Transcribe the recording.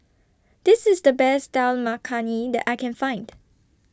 This IS The Best Dal Makhani that I Can Find